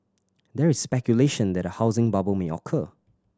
there is speculation that a housing bubble may occur